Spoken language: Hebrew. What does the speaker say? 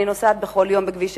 אני נוסעת בכל יום בכביש 6,